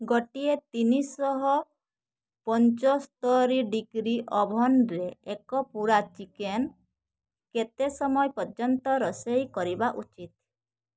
ଗୋଟିଏ ତିନିଶହ ପଞ୍ଚସ୍ତରୀ ଡିଗ୍ରୀ ଓଭନ୍ରେ ଏକ ପୁରା ଚିକେନ୍ କେତେ ସମୟ ପର୍ଯ୍ୟନ୍ତ ରୋଷେଇ କରିବା ଉଚିତ୍